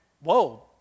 Whoa